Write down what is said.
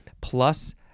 plus